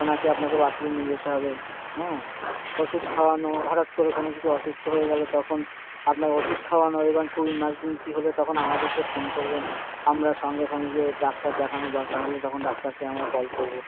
ওনাকে আপনাকে বাথরুম নিয়ে যেতে হবে হ্যাঁ ওষুধ খাওয়ানো হঠাৎ করে কোনো কিছু অসুস্থ হয়ে গেল তখন আপনার ওষুধ খাওয়ানো এবং খুব ইমারজেন্সি হলে তখন আমাদেরকে ফোন করবেন আমরা সঙ্গে সঙ্গে গিয়ে ডাক্তার দেখানোর দরকার হলে তখন ডাক্তারকে আমরা কল করবো